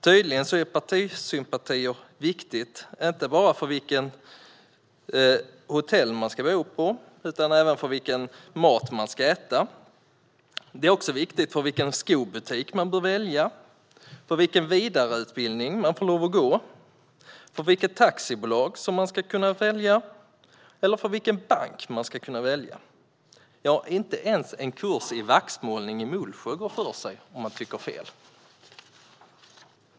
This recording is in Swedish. Tydligen är partisympatier viktiga, inte bara när det gäller vilket hotell man får bo på utan även vilken mat man ska äta, vilken skobutik man bör välja, vilken vidareutbildning man får lov att gå, vilket taxibolag man ska välja och vilken bank man kan välja. Ja, inte ens en kurs i vaxmålning i Mullsjö går för sig om man tycker fel.